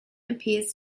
appears